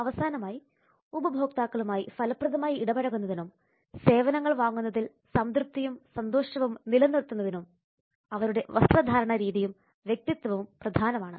അവസാനമായി ഉപഭോക്താക്കളുമായി ഫലപ്രദമായി ഇടപഴകുന്നതിനും സേവനങ്ങൾ വാങ്ങുന്നതിൽ സംതൃപ്തിയും സന്തോഷവും നിലനിർത്തുന്നതിനും അവരുടെ വസ്ത്രധാരണരീതിയും വ്യക്തിത്വവും പ്രധാനമാണ്